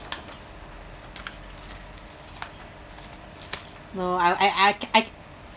no I I I I